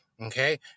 Okay